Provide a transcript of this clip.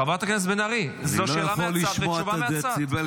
חברת הכנסת בן ארי, זו שאלה מהצד ותשובה מהצד.